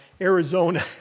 Arizona